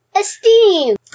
Esteem